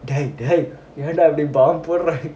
டேய்டேய்ஏன்டாஇப்படிபலம்போடற:dei dei enda eppadi palam poodara